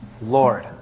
Lord